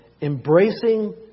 embracing